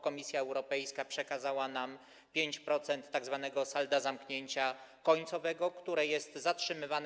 Komisja Europejska przekazała nam 5% tzw. salda zamknięcia końcowego, które jest zatrzymywane.